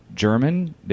German